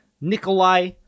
Nikolai